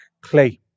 clay